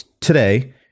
today